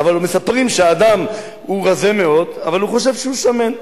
מספרים שאדם הוא רזה מאוד אבל הוא חושב שהוא שמן.